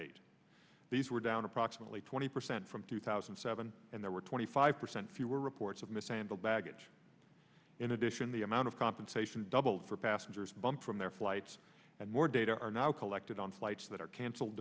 eight these were down approximately twenty percent from two thousand and seven and there were twenty five percent fewer reports of mishandled baggage in addition the amount of compensation doubled for passengers bumped from their flights and more data are now collected on flights that are cancelled